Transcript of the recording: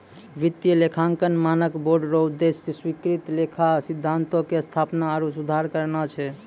वित्तीय लेखांकन मानक बोर्ड रो उद्देश्य स्वीकृत लेखा सिद्धान्त के स्थापना आरु सुधार करना छै